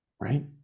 right